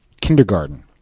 kindergarten